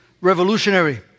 revolutionary